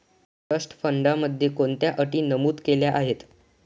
Trust फंडामध्ये कोणत्या अटी नमूद केल्या आहेत?